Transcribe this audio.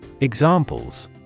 Examples